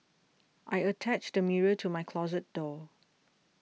I attached the mirror to my closet door